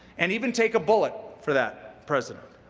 and even take a bullet for that president,